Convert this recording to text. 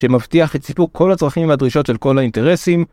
שמבטיח את סיפוק כל הצרכים והדרישות של כל האינטרסים